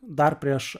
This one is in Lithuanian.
dar prieš